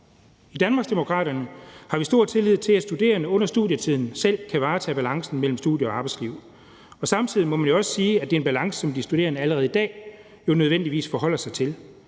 I Danmarksdemokraterne har vi stor tillid til, at studerende under studietiden selv kan varetage balancen mellem studie- og arbejdsliv. Samtidig må man jo også sige, at det er en balance, som de studerende allerede i dag nødvendigvis forholder sig til.